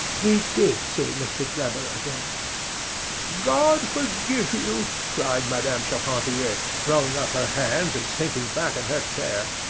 we did see mr. drebber again god forgive you cried madame charpentier, throwing up her hands and sinking back in her chair.